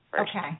Okay